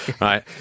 right